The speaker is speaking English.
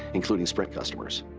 including sprint customers.